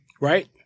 Right